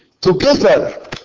together